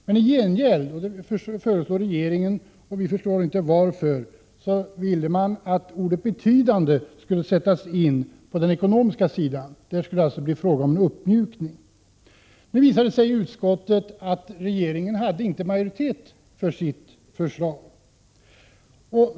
Men i gengäld föreslår regeringen — och vi förstår inte varför — att ordet ”betydande” skall sättas in på den ekonomiska sidan. Där skulle det alltså bli fråga om en uppmjukning. Det visade sig i utskottet att regeringen inte hade majoritet för sitt förslag.